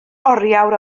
oriawr